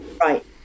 Right